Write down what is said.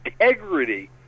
integrity